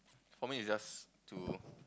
for me it's just to